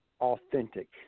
authentic